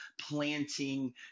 planting